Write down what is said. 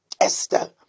esther